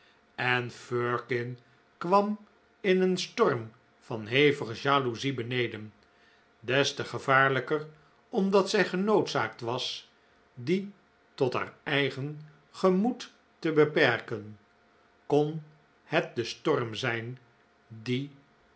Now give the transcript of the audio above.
en firkin kwam in een storm van hevige jaloezie beneden des te gevaarlijker omdat zij genoodzaakt was dien tot haar eigen gemoed te beperken kon het de storm zijn die